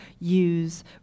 use